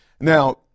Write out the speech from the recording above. Now